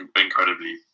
incredibly